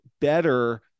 better